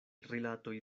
rilatoj